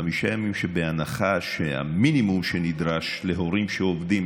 חמישה ימים בהנחה שהמינימום שנדרש להורים שעובדים